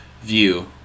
view